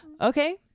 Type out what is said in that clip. Okay